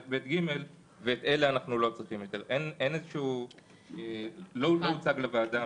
ואת אלו לא" לא הוצג משהו כזה לוועדה.